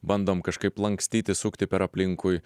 bandom kažkaip lankstyti sukti per aplinkui